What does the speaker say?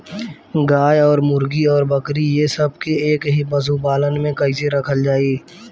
गाय और मुर्गी और बकरी ये सब के एक ही पशुपालन में कइसे रखल जाई?